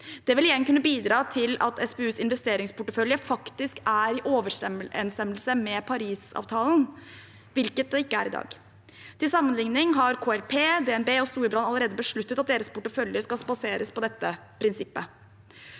Det vil igjen kunne bidra til at SPUs investeringsportefølje faktisk er i overenstemmelse med Parisavtalen, hvilket den ikke er i dag. Til sammenligning har KLP, DNB og Storebrand allerede besluttet at deres portefølje skal baseres på dette prinsippet.